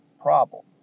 problem